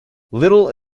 little